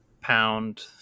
pound